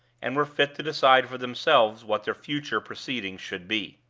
and were fit to decide for themselves what their future proceedings should be.